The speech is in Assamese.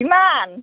কিমান